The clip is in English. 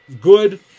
good